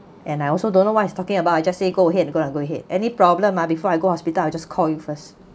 and I also don't know why he's talking about I just say go ahead go lah go ahead any problem ah before I go hospital I'll just call you first